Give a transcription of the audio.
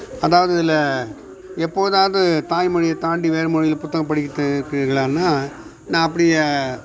அதாவது இதில் எப்பொழுதாவது தாய்மொழியை தாண்டி வேற மொழியில் புத்தகம் படிக்கிறத்துக்குலான்னா நான் அப்படி